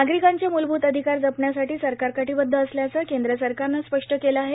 नागरिकांचे मूलभूत अधिकार जपण्यासाठी सरकार कटीबद्ध असल्याचं केंद्र सरकारनं स्पष्ट केलं आहे